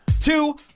Two